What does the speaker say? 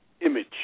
image